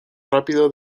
rápido